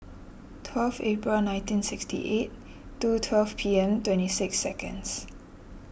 twelve April nineteen sixty eight two twelve P M to seconds